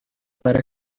para